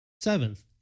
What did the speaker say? Seventh